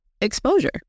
exposure